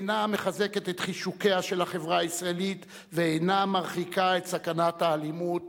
אינה מחזקת את חישוקיה של החברה הישראלית ואינה מרחיקה את סכנת האלימות.